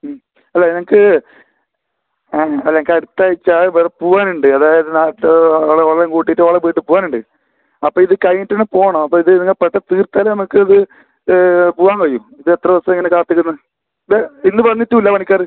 ഉം അല്ല എനിക്ക് ആ അതെ എനിക്ക് അടുത്താഴ്ച വേറെ പോവാൻ ഉണ്ട് അതായത് നാളത്തെ ഓളെ ഓളെയും കൂട്ടിട്ട് ഓളെ വീട്ട് പോവാനുണ്ട് അപ്പം ഇത് കഴിഞ്ഞിട്ട് വേണം പോകണം അപ്പം ഇത് ആ പെട്ടെന്ന് തീർത്താൽ നമുക്ക് ഇത് പോവാൻ കഴിയും ഇത് എത്ര ദിവസം ഇങ്ങനെ കാത്തിരിക്കുന്നു ദേ ഇന്ന് വന്നിട്ടും ഇല്ല പണിക്കാർ